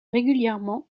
régulièrement